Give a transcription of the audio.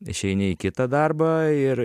išeini į kitą darbą ir